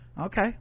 Okay